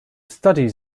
studies